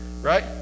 right